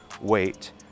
wait